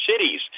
cities